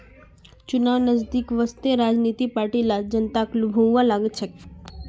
चुनाव नजदीक वस त राजनीतिक पार्टि ला जनताक लुभव्वा लाग छेक